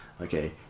okay